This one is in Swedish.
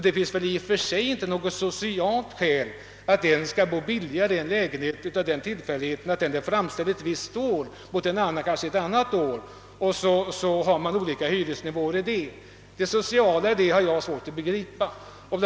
Det finns ju inte något socialt skäl för att en person skall bo billigare än en annan bara av den anledningen att hans lägenhet framställts tidigare.